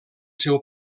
seu